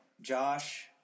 Josh